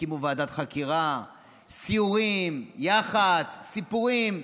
הקימו ועדת חקירה, סיורים, יח"צ, סיפורים.